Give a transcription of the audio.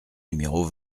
numéro